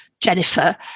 Jennifer